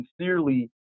sincerely –